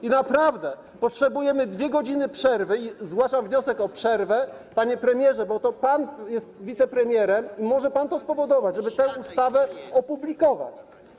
I naprawdę potrzebujemy 2 godzin przerwy - zgłaszam wniosek o przerwę - panie premierze, bo to pan jest wicepremierem i może pan to spowodować, żeby tę ustawę opublikować.